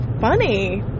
funny